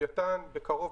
לוויתן ובקרוב,